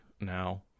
now